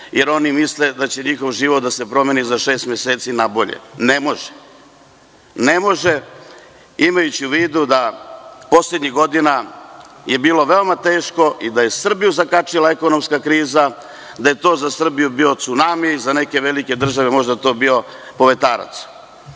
jer oni misle da će njihov život da se promeni za šest meseci na bolje. Ne može, imajući u vidu da je poslednjih godina bilo veoma teško i Srbiju je zakačila ekonomska kriza, da je to za Srbiju bio cunami a za neke velike države možda povetarac. Šta